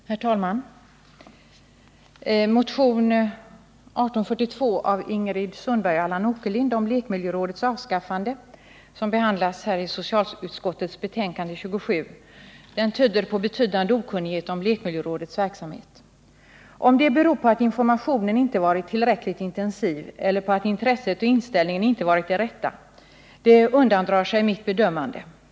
Herr talman! Motionen 1842 av Ingrid Sundberg och Allan Åkerlind om lekmiljörådets avskaffande som behandlas i socialutskottets betänkande nr 27 tyder på betydande okunnighet om lekmiljörådets verksamhet. Om det beror på att informationen inte varit tillräckligt intensiv eller på att det inte varit rätt intresse och inställning undandrar sig mitt bedömande.